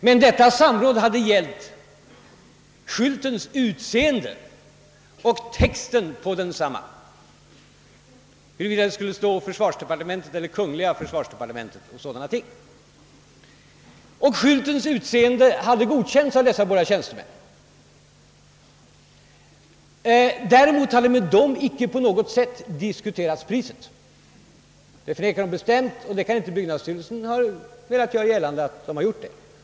Men samrådet hade gällt skyltens utseende och texten på densamma — t.ex. huruvida det skulle stå Försvarsdepartementet eller Kungl. försvarsdepartementet. Skyltens utseende hade godkänts av dessa båda tjänstemän. Däremot hade med dem icke på något sätt priset diskuterats, Det förnekar de bestämt, och byggnadsstyrelsen kan inte ha velat göra gällande att så skett.